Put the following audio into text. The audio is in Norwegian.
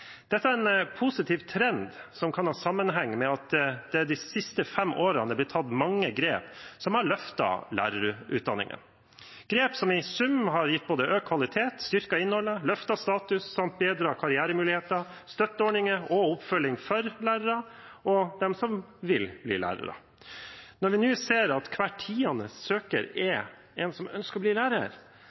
Dette er en positiv trend, som kan ha sammenheng med at det de siste fem årene er blitt tatt mange grep som har løftet lærerutdanningen – grep som i sum både har gitt økt kvalitet, styrket innholdet, løftet statusen og bedret karrieremuligheter, støtteordninger og oppfølging for lærere og for dem som vil bli lærere. Når vi nå ser at hver tiende søker er en som ønsker å bli lærer,